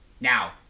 now